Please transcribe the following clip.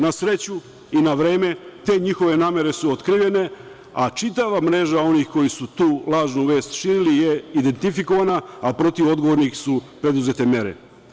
Na sreću i na vreme, te njihove namere su otkrivene, a čitava mreža onih koji su tu lažnu vest širili je identifikovana, a protiv odgovornih su preduzete mere.